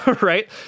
Right